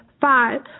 Five